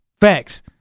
Facts